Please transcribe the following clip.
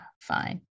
fine